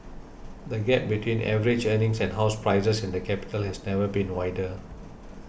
the gap between average earnings and house prices in the capital has never been wider